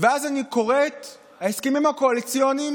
ואז אני קורא את ההסכמים הקואליציוניים